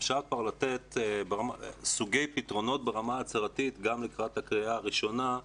אפשר כבר לתת סוגי פתרונות ברמה ההצהרתית גם לקראת הקריאה הראשונה.